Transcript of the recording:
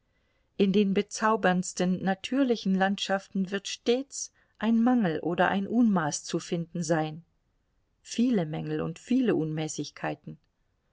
in den bezauberndsten natürlichen landschaften wird stets ein mangel oder ein unmaß zu finden sein viele mängel und viele unmäßigkeiten